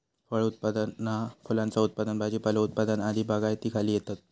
फळ उत्पादना फुलांचा उत्पादन भाजीपालो उत्पादन आदी बागायतीखाली येतत